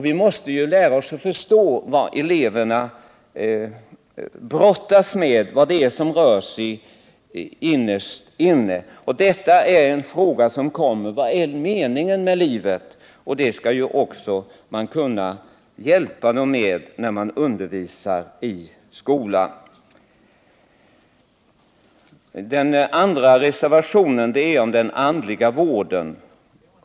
Vi måste alltså lära oss att förstå vad eleverna har att brottas med, vad det är som rör sig innerst inne hos dem. En ständigt återkommande fråga är: Vad är meningen med livet? När man undervisar i skolan skall man ju kunna hjälpa dem på det här området. Reservationen 3 gäller den andliga vården.